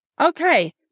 Okay